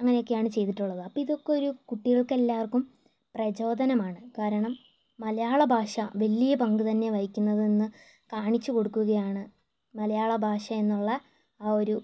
അങ്ങനെയൊക്കെയാണ് ചെയ്തിട്ടുള്ളത് അപ്പോൾ ഇതൊക്കെ ഒരു കുട്ടികൾക്കെല്ലാർക്കും പ്രചോദനമാണ് കാരണം മലയാള ഭാഷ വലിയ പങ്കുതന്നെ വഹിക്കുന്നതെന്ന് കാണിച്ചുകൊടുക്കുകയാണ് മലയാളഭാഷയെന്നുള്ള ആ ഒരു